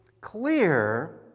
clear